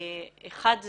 אחד,